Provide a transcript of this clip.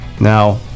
Now